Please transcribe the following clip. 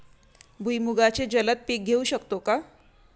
भुईमुगाचे जलद पीक घेऊ शकतो का?